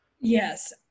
yes